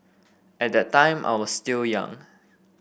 at that time I was still young